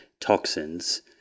toxins